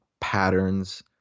patterns